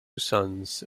sons